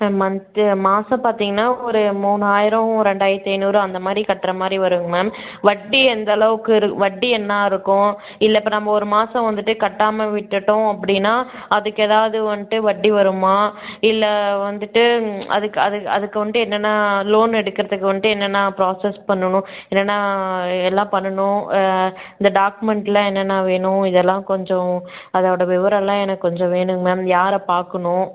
per month மாதம் பார்த்தீங்கன்னா ஒரு மூணாயிரம் ரெண்டாயிரத்து ஐந்நூறு அந்தமாதிரி கட்டுற மாதிரி வருங்க மேம் வட்டி எந்தளவுக்கு இருக் வட்டி என்ன இருக்கும் இல்லை இப்போ நம்ம ஒரு மாதம் வந்துட்டு கட்டாமல் விட்டுவிட்டோம் அப்படின்னா அதுக்கு எதாவது வந்துட்டு வட்டி வருமா இல்லை வந்துட்டு அதுக்கு அதுக்கு அதுக்கு வந்துட்டு என்னென்ன லோன் எடுக்கிறதுக்கு வந்துட்டு என்னென்ன ப்ராசஸ் பண்ணணும் இல்லைன்னா எல்லாம் பண்ணணும் இந்த டாக்குமெண்டெல்லாம் என்னென்ன வேணும் இதெல்லாம் கொஞ்சம் அதோடய விவரமெல்லாம் எனக்கு கொஞ்சம் வேணுங்க மேம் யாரை பார்க்கணும்